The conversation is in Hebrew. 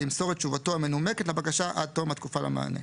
ימסור את תשובתו המנומקת לבקשה עד תום התקופה למענה.